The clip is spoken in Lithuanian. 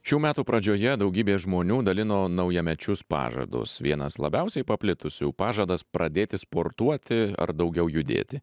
šių metų pradžioje daugybė žmonių dalino naujamečius pažadus vienas labiausiai paplitusių pažadas pradėti sportuoti ar daugiau judėti